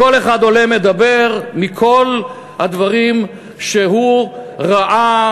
כל אחד עולה ומדבר מכל הדברים שהוא ראה,